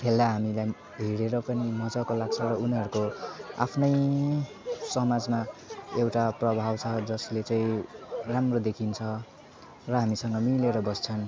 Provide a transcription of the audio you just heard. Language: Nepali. खेला हामीलाई हेरेर पनि मज्जाको लाग्छ र उनीहरूको आफ्नै समाजमा एउटा प्रभाव छ जसले चाहिँ राम्रो देखिन्छ र हामीसँग मिलेर बस्छन्